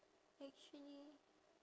actually